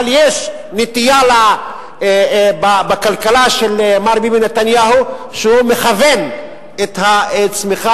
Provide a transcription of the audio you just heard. אבל יש נטייה בכלכלה של מר ביבי נתניהו שהוא מכוון את הצמיחה